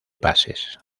pases